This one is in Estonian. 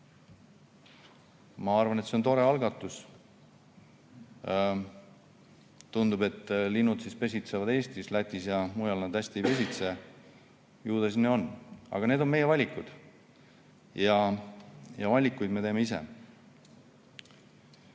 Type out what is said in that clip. Ma arvan, et see on tore algatus. Tundub, et linnud pesitsevad Eestis ja Lätis ning mujal nad hästi ei pesitse. Ju see siis nii on. Aga need on meie valikud ja valikuid me teeme